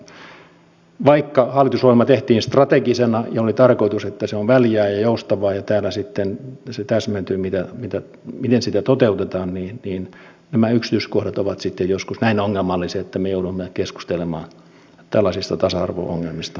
siitä syystä ajattelen että vaikka hallitusohjelma tehtiin strategisena ja oli tarkoitus että se on väljä ja joustava ja täällä sitten se täsmentyy miten sitä toteutetaan niin nämä yksityiskohdat ovat sitten joskus näin ongelmallisia että me joudumme keskustelemaan tällaisista tasa arvo ongelmista